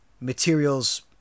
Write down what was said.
materials